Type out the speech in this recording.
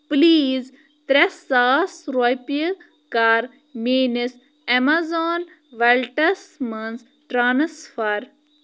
please ترٛےٚ ساس رۄپیہِ کَر میٛٲنِس اٮ۪مَزان ویلٹَس مَنٛز ٹرٛانسفَر